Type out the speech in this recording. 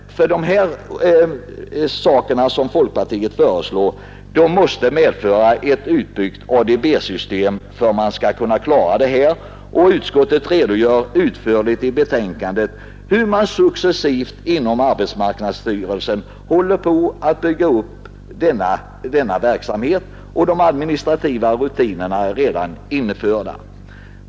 De saker som folkpartiet föreslår måste medföra ett utbyggt ADB system. Utskottet redogör utförligt i betänkandet för hur man successivt inom arbetsmarknadsstyrelsen håller på att bygga upp denna verksamhet. De administrativa rutinerna är redan införda.